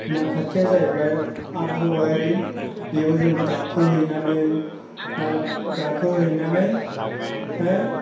नाकाटिया जाहैबाय आबहावायारि बेयाव जों गाखोहैनानै हाब गाखोहैनानै हाय